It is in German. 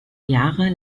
jahre